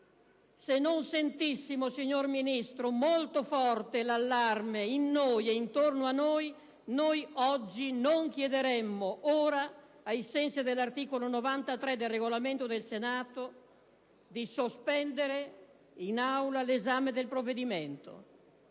se non sentissimo, signor Ministro, molto forte l'allarme in noi e intorno a noi, oggi non chiederemmo, ai sensi dell'articolo 93 del Regolamento del Senato, di sospendere in Aula l'esame del provvedimento